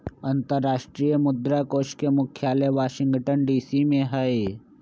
अंतरराष्ट्रीय मुद्रा कोष के मुख्यालय वाशिंगटन डीसी में हइ